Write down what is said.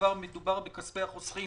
מדובר בכספי החוסכים